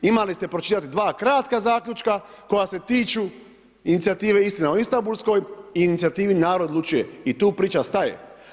Imali ste pročitati dva kratka zaključka koja se tiču inicijative „Istina o istambulskoj“ i inicijativi „Narod odlučuje“ i tu priča staje.